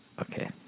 Okay